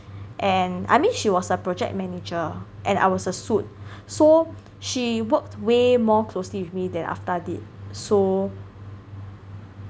and I mean she was a project manager and I was a suit so she worked way more closely with me than Aftar did so